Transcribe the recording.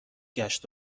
گشت